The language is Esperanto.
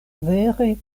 vere